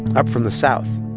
up from the south,